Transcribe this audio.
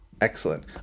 Excellent